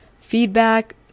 feedback